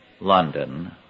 London